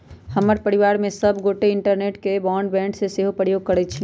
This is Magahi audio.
हमर परिवार में सभ गोटे इंटरनेट के लेल ब्रॉडबैंड के सेहो प्रयोग करइ छिन्ह